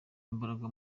imbaraga